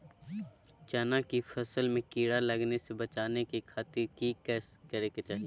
चना की फसल में कीड़ा लगने से बचाने के खातिर की करे के चाही?